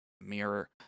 mirror